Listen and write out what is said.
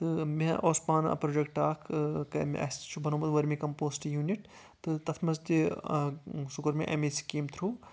تہٕ مےٚ اوس پانہٕ پروجیٚکٹ اکھ اَسہِ تہِ چھُ بَنوومُت ؤرمہِ کَم پوسٹ یوٗنِٹ تہٕ تَتھ منٛز تہِ سُہ کوٚر مےٚ ایٚمۍ سکیٖم تھروٗ